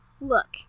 Look